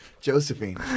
Josephine